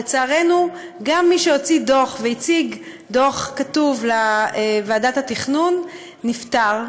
לצערנו מי שהוציא דוח והציג דוח כתוב לוועדת התכנון נפטר,